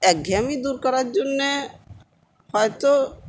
একঘেয়েমি দূর করার জন্যে হয়ত